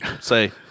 say